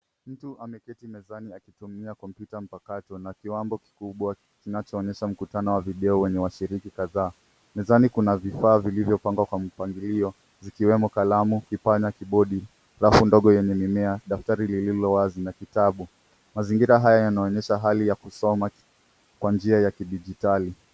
Mtu ameketi mezani akitumia kompyuta mpakato na kiwambo kikubwa kinachoonyesha mkutano wa video wenye washiriki kadhaa. Mezani kuna vifaa vilivyopangwa kwa mpangilio, zikiwemo kalamu, kipanya, kibodi, rafu ndogo yenye mimea, daftari lililo wazi na vitabu. Mazingira haya yanaonyesha hali ya kusoma kwa njia ya kidigitali.